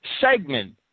segment